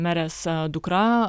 merės dukra